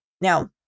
Now